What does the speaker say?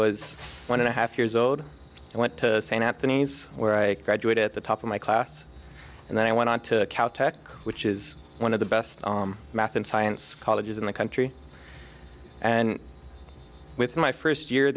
was one and a half years old and went to st anthony's where i graduated at the top of my class and then i went on to cal tech which is one of the best math and science colleges in the country and with my first year